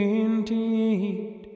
indeed